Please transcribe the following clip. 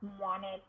wanted